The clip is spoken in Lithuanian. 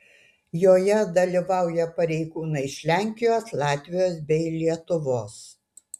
joje dalyvauja pareigūnai iš lenkijos latvijos bei lietuvos